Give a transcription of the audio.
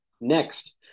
Next